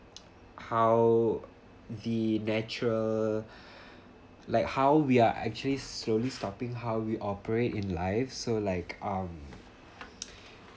how the natural like how we are actually slowly stopping how we operate in life so like um